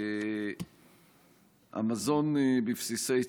המזון בבסיסי צה"ל,